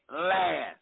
last